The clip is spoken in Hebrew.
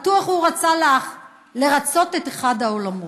בטוח הוא רצה לרצות את אחד העולמות.